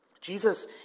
Jesus